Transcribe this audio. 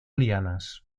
lianas